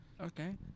Okay